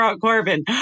Corbin